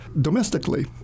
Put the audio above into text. domestically